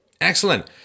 Excellent